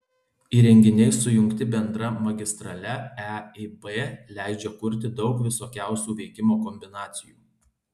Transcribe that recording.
įrenginiai sujungti bendra magistrale eib leidžia kurti daug visokiausių veikimo kombinacijų